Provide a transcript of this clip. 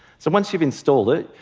so once you've installed it,